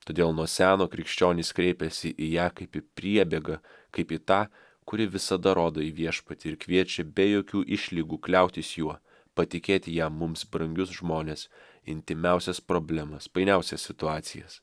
todėl nuo seno krikščionys kreipėsi į ją kaip į priebėgą kaip į tą kuri visada rodo į viešpatį ir kviečia be jokių išlygų kliautis juo patikėti jam mums brangius žmones intymiausias problemas painiausias situacijas